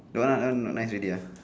that one err not nice already ah